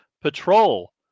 patrol